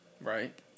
Right